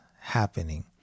happening